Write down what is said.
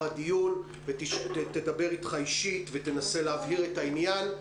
הדיון ותדבר אתך אישית ותנסה להבהיר את העניין,